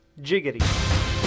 Jiggity